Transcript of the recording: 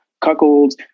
Cuckolds